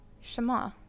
Shema